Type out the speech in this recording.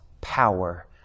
power